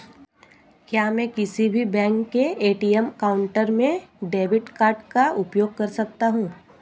क्या मैं किसी भी बैंक के ए.टी.एम काउंटर में डेबिट कार्ड का उपयोग कर सकता हूं?